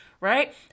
right